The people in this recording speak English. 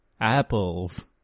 apples